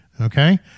okay